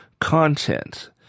content